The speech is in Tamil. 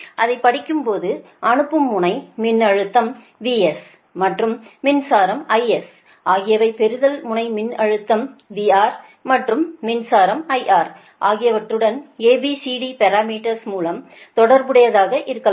அதைப் படிக்கும்போது அனுப்பும் முனை மின்னழுத்தம் VS மற்றும் மின்சாரம் IS ஆகியவை பெறுதல் முனை மின்னழுத்தம் VR மற்றும் மின்சாரம் IR ஆகியவற்றுடன் ABCD பாரமீட்டர்ஸ் மூலம் தொடர்புடையதாக இருக்கலாம்